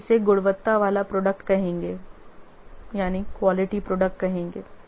आप किसे गुणवत्ता वाला प्रोडक्ट कहेंगे